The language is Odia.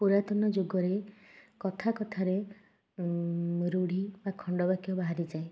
ପୁରାତନ ଯୁଗରେ କଥା କଥାରେ ରୂଢ଼ି ବା ଖଣ୍ଡ ବାକ୍ୟ ବାହାରିଯାଏ